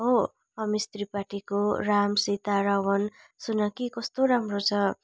हो अमिस त्रिपाठीको राम सीता रावण सुन कि कस्तो राम्रो छ